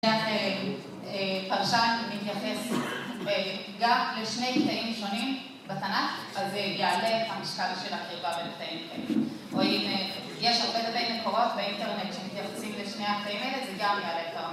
כשאתה פרשן ומתייחס גם לשני קטעים שונים בתנ"ך, אז יעלה המשקל של הקרבה בין קטעים כאלה. או אם יש הרבה קטעי מקורות באינטרנט שמתייחסים לשני הקטעים האלה, זה גם יעלה...